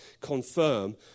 confirm